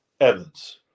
Evans